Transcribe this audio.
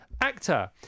actor